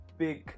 big